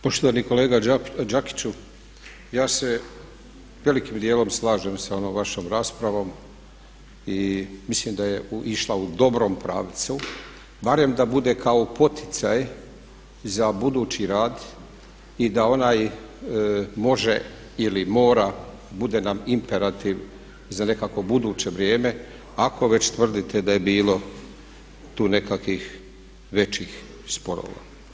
Poštovani kolega Đakiću, ja se velikim dijelom slažem sa onom vašom raspravom i mislim da je išla u dobrom pravcu barem da bude kao poticaj za budući rad i da onaj „može“ ili „mora“, bude nam imperativ za nekakvo buduće vrijeme ako već tvrdite da je bilo tu nekakvih većih sporova.